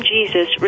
Jesus